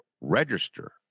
register